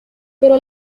pero